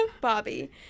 Bobby